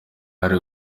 ari